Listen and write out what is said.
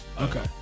Okay